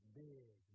big